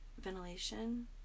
ventilation